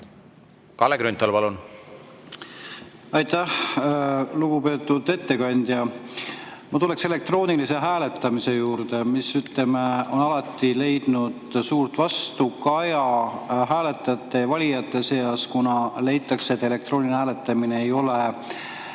Kalle Grünthal, palun! Aitäh! Lugupeetud ettekandja, ma tuleksin elektroonilise hääletamise juurde, mis, ütleme, on alati leidnud suurt vastukaja hääletajate ja valijate seas, kuna leitakse, et elektrooniline hääletamine ei ole